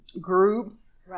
groups